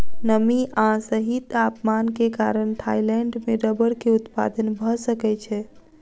नमी आ सही तापमान के कारण थाईलैंड में रबड़ के उत्पादन भअ सकै छै